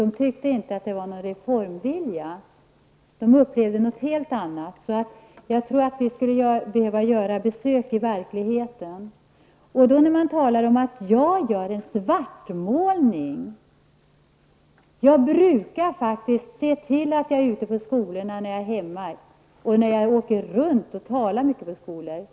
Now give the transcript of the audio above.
Det tyckte inte att det var fråga om någon reformvilja. De upplevde något helt annat. Vi skulle behöva göra mera av besök ute i verkligenheten. Man talar vidare här om att jag gör en svartmålning. Jag brukar faktiskt se till att komma ut i skolorna när jag är hemma, och jag åker runt och talar mycket i skolor.